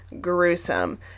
gruesome